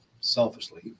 selfishly